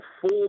four